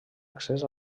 accés